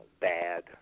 bad